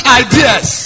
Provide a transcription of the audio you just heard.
ideas